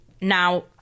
Now